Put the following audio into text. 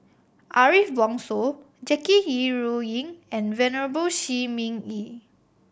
Ariff Bongso Jackie Yi Ru Ying and Venerable Shi Ming Yi